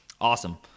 Awesome